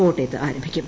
കോട്ടയത്ത് ആരംഭിക്കും